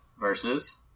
Versus